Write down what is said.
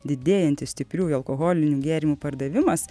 didėjantis stipriųjų alkoholinių gėrimų pardavimas